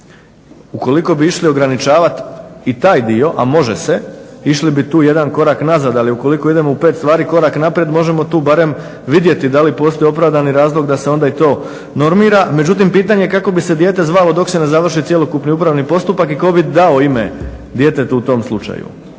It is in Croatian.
Ukoliko bi išli ograničavati i taj dio, a može se, išli bi tu jedan korak nazad. Ali ukoliko idemo u pet stvari korak naprijed, možemo tu barem vidjeti da li postoje opravdani razlog da se onda i to normira. Međutim, pitanje je kako bi se dijete zvalo dok se ne završi cjelokupni upravni postupak i ko bi dao ime djetetu u tom slučaju.